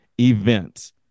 event